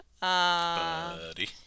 Buddy